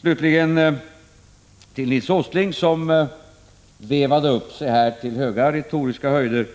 Slutligen några ord till Nils Åsling, som vevade upp sig till höga retoriska höjder